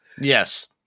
Yes